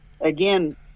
again